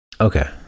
Okay